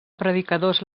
predicadors